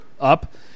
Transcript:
up